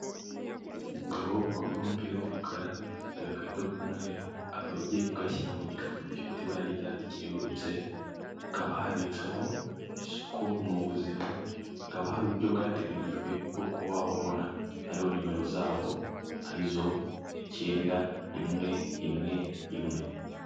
Umugabo wambaye umupira w'umukara afite agakarito k'umweru, akaba agiye kugashyira mu gikapu gifite ibara ry'icyatsi kerurutse, hakaba handitseho isuku mu buzima, hakaba hari uburyo bwateganijwe bwo kuba wababona, hariho nimero zabo ari zo icyenda, rimwe, rimwe, rimwe.